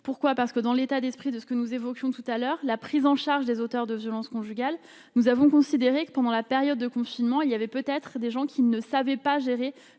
pourquoi, parce que dans l'état d'esprit de ce que nous évoquions tout à l'heure, la prise en charge des auteurs de violences conjugales, nous avons considéré que pendant la période de confinement, il y avait peut-être des gens qui ne savaient pas gérer